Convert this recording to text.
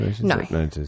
No